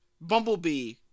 Bumblebee